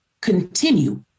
continue